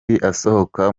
asohoka